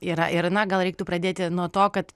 yra ir na gal reiktų pradėti nuo to kad